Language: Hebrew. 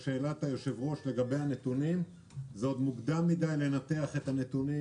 לשאלת היושב-ראש לגבי הנתונים עוד מוקדם מדי לנתח את הנתונים